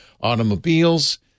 Automobiles